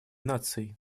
наций